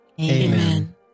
Amen